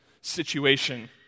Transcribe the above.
situation